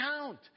count